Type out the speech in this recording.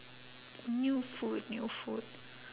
new food new food